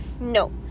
No